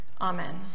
Amen